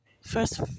first